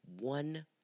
one